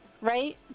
Right